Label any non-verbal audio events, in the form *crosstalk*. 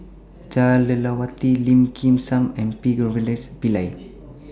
Jah Lelawati Lim Kim San and P *unintelligible* Pillai